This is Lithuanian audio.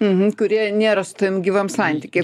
uhu kurie nėra su tavim gyvam santyky